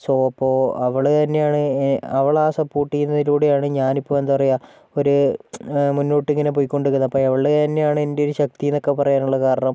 so അപ്പോൾ അവള് തന്നെയാണ് അവളാ സപ്പോർട്ട് ചെയ്യുന്നതിലൂടെയാണ് ഞാനിപ്പോൾ എന്താ പറയുക ഒരു മുന്നോട്ടിങ്ങനെ പോയ്കൊണ്ടിരിക്കുന്നത് അപ്പോൾ അവള് തന്നെയാണ് എൻ്റെ ഒരു ശക്തി എന്നൊക്കെ പറയാനുള്ള കാരണം